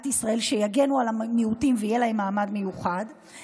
ישראל שיגנו על המיעוטים ויהיה להן מעמד מיוחד,